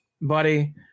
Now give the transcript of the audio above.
buddy